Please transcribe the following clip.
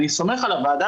לא נותנים לו אפילו לעלות.